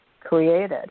created